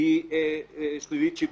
היא שלילית שבעתיים.